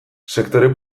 sektore